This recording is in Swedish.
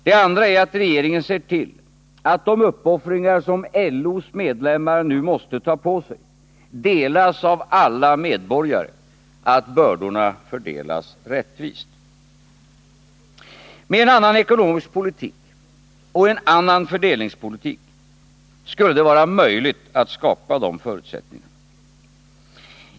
Det andra är att regeringen ser till att de uppoffringar som LO:s medlemmar nu måste ta på sig delas av alla medborgare, att bördorna fördelas rättvist. Med en annan ekonomisk politik och en annan fördelningspolitik skulle det vara möjligt att skapa de förutsättningarna.